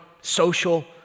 social